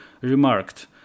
remarked